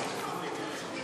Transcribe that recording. מאתגרת.